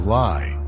lie